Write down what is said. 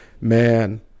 Man